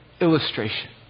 illustration